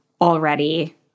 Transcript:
already